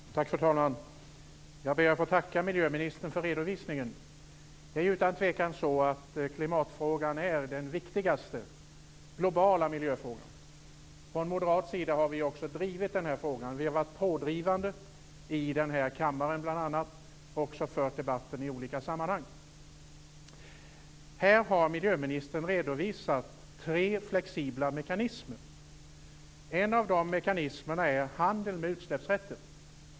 Fru talman! Jag ber att få tacka miljöministern för redovisningen. Det är utan tvivel så att klimatfrågan är den viktigaste globala miljöfrågan. Vi moderater har varit pådrivande i kammaren och fört en debatt i olika sammanhang. Här har miljöministern redovisat tre flexibla mekanismer. En av de mekanismerna är handeln med utsläppsrätter.